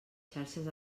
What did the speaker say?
xarxes